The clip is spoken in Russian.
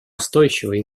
устойчивой